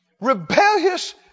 rebellious